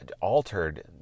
altered